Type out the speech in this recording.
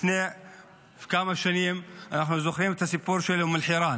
אנחנו זוכרים את הסיפור של אום אלחיראן